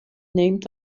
named